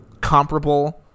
comparable